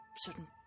certain